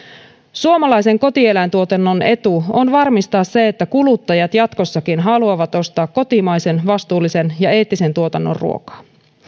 suomalaisen kotieläintuotannon etu on varmistaa se että kuluttajat jatkossakin haluavat ostaa kotimaisen vastuullisen ja eettisen tuotannon ruokaa